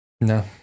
No